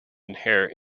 inherent